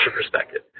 perspective